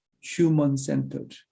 human-centered